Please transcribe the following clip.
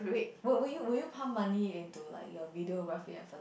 would would you would you pump money into like your videography and photo~